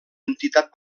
entitat